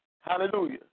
hallelujah